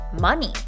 money